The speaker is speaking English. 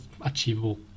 achievable